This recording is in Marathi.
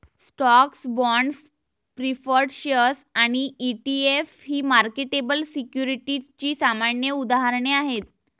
स्टॉक्स, बाँड्स, प्रीफर्ड शेअर्स आणि ई.टी.एफ ही मार्केटेबल सिक्युरिटीजची सामान्य उदाहरणे आहेत